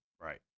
Right